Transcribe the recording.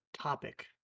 topic